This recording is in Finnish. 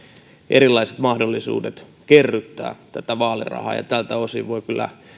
erilaiset mahdollisuudet kerryttää vaalirahaa tältä osin voi kyllä